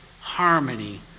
harmony